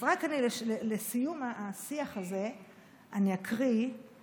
רק לסיום השיח הזה אני אקרא את